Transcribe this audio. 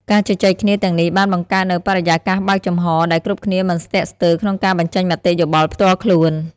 ការជជែកគ្នាទាំងនេះបានបង្កើតនូវបរិយាកាសបើកចំហរ ដែលគ្រប់គ្នាមិនស្ទាក់ស្ទើរក្នុងការបញ្ចេញមតិយោបល់ផ្ទាល់ខ្លួន។